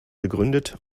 gegründet